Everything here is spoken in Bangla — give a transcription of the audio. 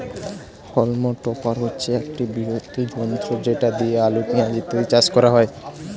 হল্ম টপার হচ্ছে একটি বৃহৎ যন্ত্র যেটা দিয়ে আলু, পেঁয়াজ ইত্যাদি চাষ করা হয়